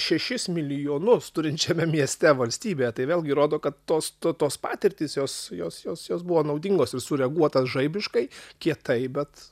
šešis milijonus turinčiame mieste valstybėje tai vėlgi rodo kad tos tos patirtys jos jos jos jos buvo naudingos ir sureaguota žaibiškai kietai bet